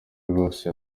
rwose